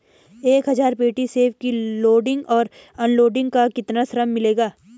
एक हज़ार पेटी सेब की लोडिंग और अनलोडिंग का कितना श्रम मिलेगा?